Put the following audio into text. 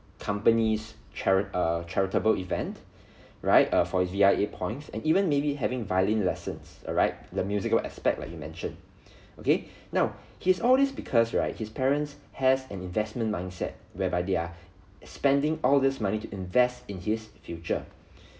companies charit~ uh charitable event right uh for V_I_A points and even maybe having violin lessons alright the musical aspect like you mentioned okay now he has all these because right his parents has an investment mindset whereby they're spending all this money to invest in his future